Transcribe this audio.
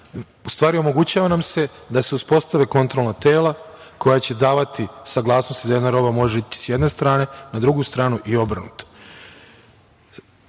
se omogućava da se uspostave kontrolna tela koja će davati saglasnosti da jedna roba može ići sa jedne strane na drugu stranu i obrnuto. Ovo